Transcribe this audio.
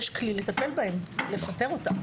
יש כלי לטפל בהם לפטר אותם.